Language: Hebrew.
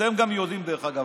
אתם גם יודעים, דרך אגב.